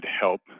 help